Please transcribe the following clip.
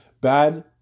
Bad